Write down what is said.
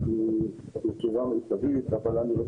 על סדר היום: המשך